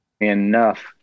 enough